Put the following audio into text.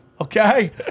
Okay